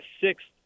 sixth